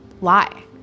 lie